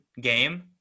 game